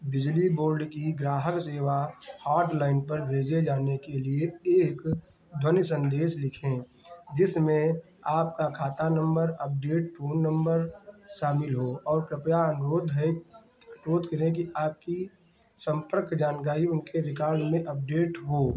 बिजली बोर्ड की ग्राहक सेवा हॉटलाइन पर भेजे जाने के लिए एक ध्वनि सन्देश लिखें जिसमे आपका खाता नम्बर अपडेट फ़ोन नम्बर शामिल हो और कृपया अनुरोध है अनुरोध करें कि आपकी सम्पर्क जानकारी उनके रिकॉर्ड में अपडेट हो